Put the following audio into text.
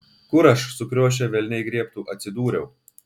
kur aš sukriošę velniai griebtų atsidūriau